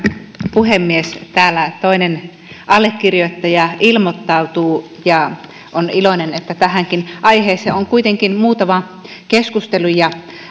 puhemies täällä toinen allekirjoittaja ilmoittautuu ja on iloinen että tähänkin aiheeseen on kuitenkin muutama keskustelija